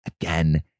again